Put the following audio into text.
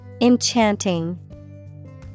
Enchanting